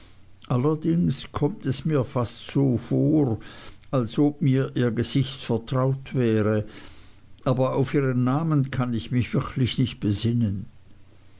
allerdings kommt es mir fast so vor als ob mir ihr gesicht vertraut wäre aber auf ihren namen kann ich mich wirklich nicht besinnen